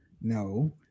No